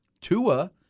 Tua